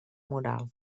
moral